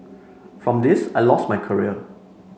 from this I lost my career